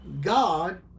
God